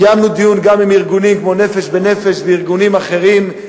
קיימנו דיונים גם עם ארגונים כמו "נפש בנפש" וארגונים אחרים,